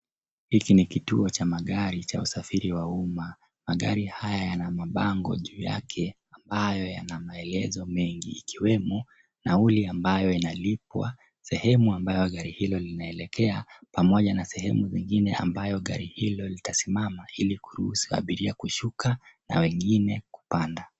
Hiki ni kituo cha magari cha usafiri wa umma. Magari haya yana mabango juu yake ambayo yana maelezo mengi, ikiwemo, nauli ambayo inalipwa, sehemu ambayo gari hilo linaelekea pamoja na sehemu lingine ambalo gari hilo litasimama, ili kuruhusu abiria kushuka na wengine kupanda.